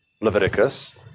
Leviticus